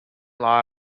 law